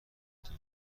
درستی